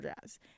Jazz